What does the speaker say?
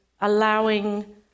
allowing